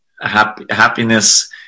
happiness